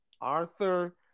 Arthur